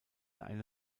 eine